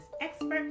expert